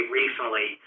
recently